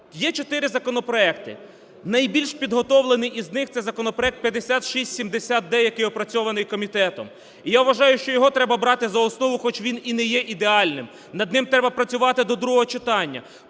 Є чотири законопроекти, найбільш підготовлений із них – це законопроект 5670-д, який опрацьований комітетом. І я вважаю, що його треба брати за основу, хоч він і не ідеальним, над ним треба працювати до другого читання,